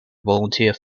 volunteer